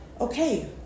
okay